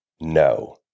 No